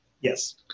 Yes